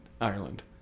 Ireland